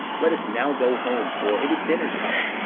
let us now go home, for it is dinner time.